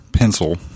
pencil